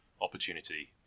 Opportunity